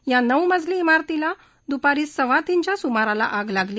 या नऊ मजली इमारतीला द्पारी सव्वातीनच्या स्माराला आग लागली